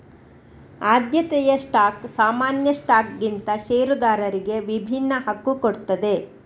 ಆದ್ಯತೆಯ ಸ್ಟಾಕ್ ಸಾಮಾನ್ಯ ಸ್ಟಾಕ್ಗಿಂತ ಷೇರುದಾರರಿಗೆ ವಿಭಿನ್ನ ಹಕ್ಕು ಕೊಡ್ತದೆ